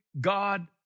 God